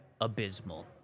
abysmal